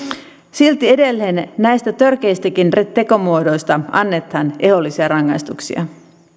silti edelleen näistä törkeistäkin tekomuodoista annetaan ehdollisia rangaistuksia